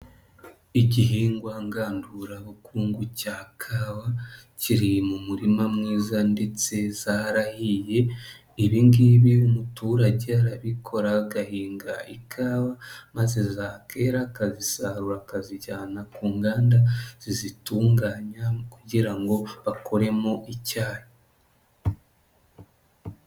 Igihingwa ngandurabukungu cya kawa kiri mu murima mwiza ndetse zarahiye, ibingibi umuturage arabikora agahinga ikawa maze zakera akazisarura akazijyana ku nganda zizitunganya kugira ngo akoremo icyayi.